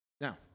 Now